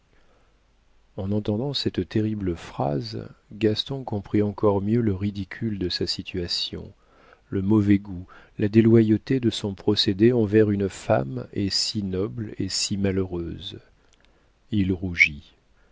en entendant cette terrible phrase gaston comprit encore mieux le ridicule de sa situation le mauvais goût la déloyauté de son procédé envers une femme et si noble et si malheureuse il rougit